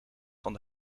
van